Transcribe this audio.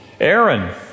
Aaron